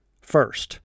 first